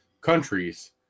countries